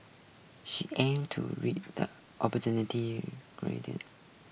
she aim to read the opportunity